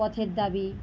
পথের দাবী